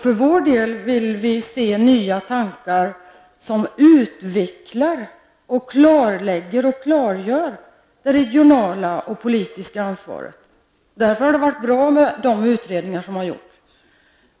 För vår del vill vi se nya tankar som utvecklar och klarlägger det regionala och politiska ansvaret. Därför har det varit bra med de utredningar som har gjorts.